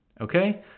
okay